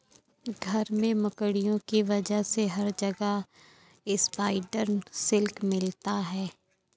घर में मकड़ियों की वजह से हर जगह स्पाइडर सिल्क मिलता है